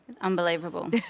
Unbelievable